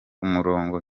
umurongo